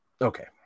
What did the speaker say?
okay